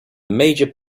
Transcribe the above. major